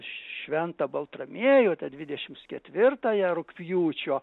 šventą baltramiejų dvidešims ketvirtąją rugpjūčio